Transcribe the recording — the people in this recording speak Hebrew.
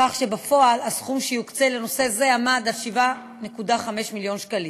כך שבפועל הסכום שיוקצה לנושא זה יעמוד על 7.5 מיליון שקלים.